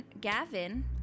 Gavin